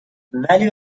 ولی